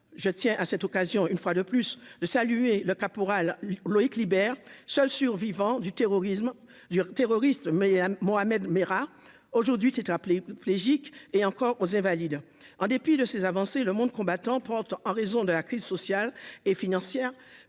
je tiens à cette occasion, une fois de plus, de saluer le caporal Loïc Liber, seul survivant du terrorisme dur terroriste mais Mohamed Merah aujourd'hui tu t'appeler Pejic et encore aux invalides, en dépit de ces avancées, le monde combattant en raison de la crise sociale et financière